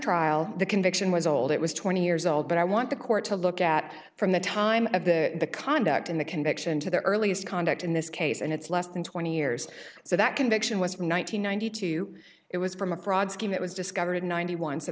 trial the conviction was old it was twenty years old but i want the court to look at from the time of the the conduct in the conviction to the earliest conduct in this case and it's less than twenty years so that conviction was from one thousand nine hundred two it was from a fraud scheme that was discovered in ninety one so